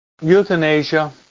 Euthanasia